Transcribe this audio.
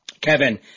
Kevin